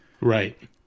Right